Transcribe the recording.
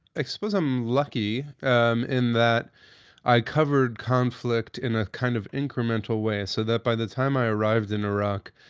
i suppose i'm lucky um in that i covered conflict in a kind of incremental way so that by the time i arrived in iraq,